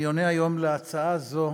אני עונה היום על הצעה זו,